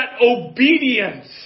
obedience